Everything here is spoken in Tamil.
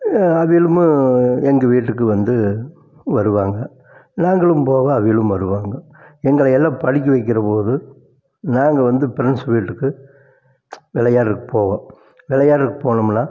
அது என்னமோ எங்கள் வீட்டுக்கு வந்து வருவாங்க நாங்களும் போவோம் அவிங்களும் வருவாங்க எங்களை எல்லாம் படிக்க வைக்கிற போது நாங்கள் வந்து ப்ரெண்ட்ஸ் வீட்டுக்கு விளையாட்றதுக்குப் போவோம் விளையாடுறதுக்குப் போனோம்னால்